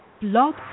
Blog